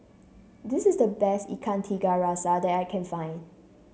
this is the best Ikan Tiga Rasa that I can find